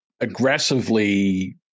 aggressively